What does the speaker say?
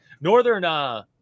Northern